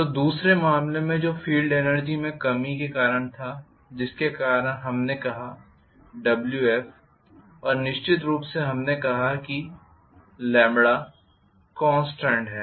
तो दूसरे मामलें में जो फील्ड एनर्जी में कमी के कारण था जिसके कारण हमने कहा Wf और निश्चित रूप से हमने कहा कि λ कॉन्स्टेंट है